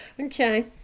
okay